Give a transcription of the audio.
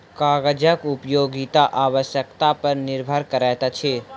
कागजक उपयोगिता आवश्यकता पर निर्भर करैत अछि